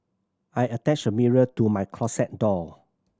I attached a mirror to my closet door